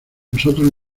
nosotros